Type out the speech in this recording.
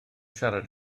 siarad